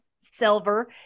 silver